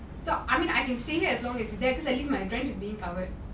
so I mean I can stay here as long as my rent is recovered